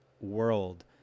world